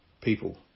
people